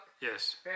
Yes